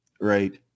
right